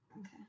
Okay